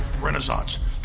renaissance